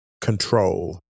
control